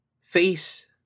face